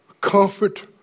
comfort